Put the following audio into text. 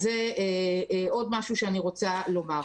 אז זה עוד משהו שאני רוצה לומר.